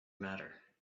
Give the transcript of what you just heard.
matter